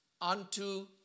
unto